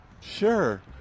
Sure